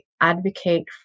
advocate